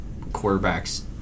quarterbacks